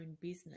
business